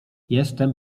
jestem